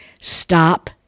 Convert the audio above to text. Stop